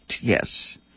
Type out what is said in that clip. Yes